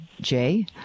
Jay